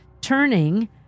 turning